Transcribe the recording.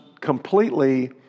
completely